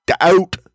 out